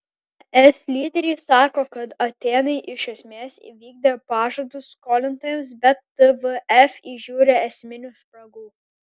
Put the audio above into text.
es lyderiai sako kad atėnai iš esmės įvykdė pažadus skolintojams bet tvf įžiūri esminių spragų